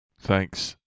thanks